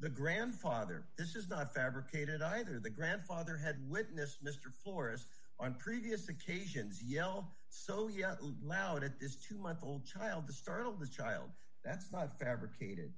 the grandfather this is not fabricated either the grandfather had witnessed mr forrest on previous occasions yell so yes loud at this two month old child the startled the child that's not fabricated